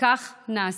כך נעשה.